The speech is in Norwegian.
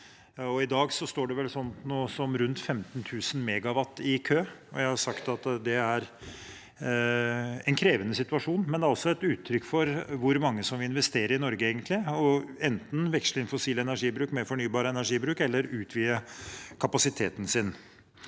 I dag står det vel rundt 15 000 MW i kø. Jeg har sagt at det er en krevende situasjon, men det er også et uttrykk for hvor mange som vil investere i Norge, og enten veksle inn fossil energibruk med fornybar energibruk eller utvide kapasiteten sin.